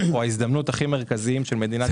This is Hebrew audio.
בשונה מרוב העולם - השינוי הדמוגרפי.